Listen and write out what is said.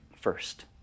first